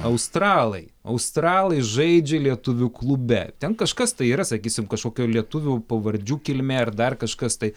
australai australai žaidžia lietuvių klube ten kažkas tai yra sakysim kažkokio lietuvių pavardžių kilmė ar dar kažkas tai